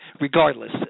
regardless